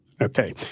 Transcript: Okay